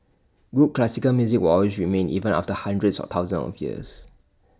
good classical music will always remain even after hundreds or thousands of years